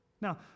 Now